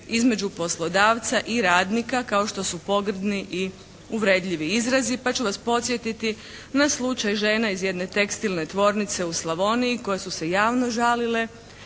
između poslodavca i radnika kao što su pogrdni i uvredljivi izrazi. Pa ću vas podsjetiti na slučaj žena iz jedne tekstilne tvornice u Slavoniji koje su se javno žalile